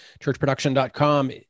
churchproduction.com